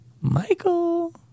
Michael